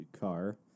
car